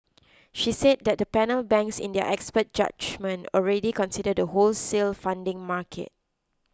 she said the panel banks in their expert judgement already consider the wholesale funding market